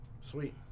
Sweet